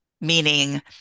Meaning